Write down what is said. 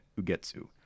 Ugetsu